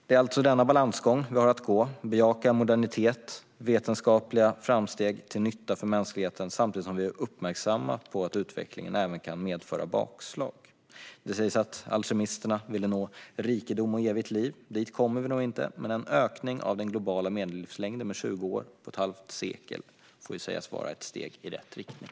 Det är alltså denna balansgång vi måste göra - bejaka modernitet och vetenskapliga framsteg till nytta för mänskligheten samtidigt som vi är uppmärksamma på att utvecklingen även kan medföra bakslag. Det sägs att alkemisterna ville nå rikedom och evigt liv. Dit kommer vi nog inte. Men en ökning av den globala medellivslängden med 20 år på ett halvt sekel får sägas vara ett steg i rätt riktning.